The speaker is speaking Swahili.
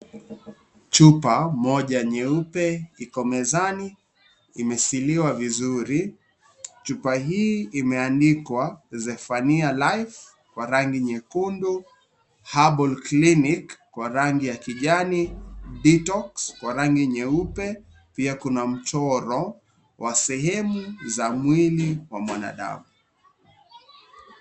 Chupa moja nyeupe iko mezani. Imesiliwa vizuri. chupa hii imeandikwa Zephania Life kwa rangi nyekundu, herbalclinic kwa rangi ya kijani, detox kwa rangi nyeupe, pia kuna mchoro wa sehemu za mwili wa mwanadamu.